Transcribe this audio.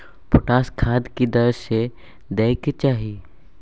Potash खाद की दर से दै के चाही?